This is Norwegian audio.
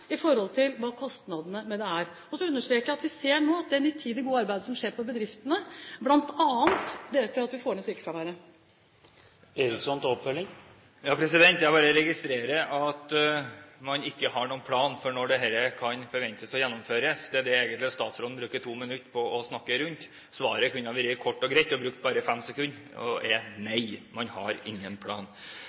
i forhold til kostnadene. Så understreker jeg at vi nå ser det nitide, gode arbeidet som skjer i bedriftene, bl.a. at vi får ned sykefraværet. Jeg bare registrerer at man ikke har noen plan for når dette kan forventes å bli gjennomført. Det er egentlig det statsråden bruker 2 minutter på å snakke rundt. Svaret kunne ha vært kort og greit, og hun kunne bare brukt 5 sekunder på å si: Nei, man har ingen plan.